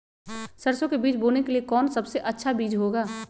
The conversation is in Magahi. सरसो के बीज बोने के लिए कौन सबसे अच्छा बीज होगा?